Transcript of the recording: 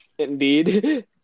indeed